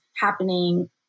happening